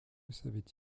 savait